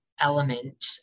element